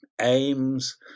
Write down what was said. aims